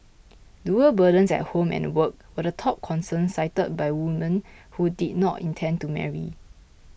dual burdens at home and work were the top concern cited by woman who did not intend to marry